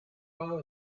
fell